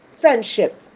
friendship